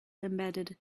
embedded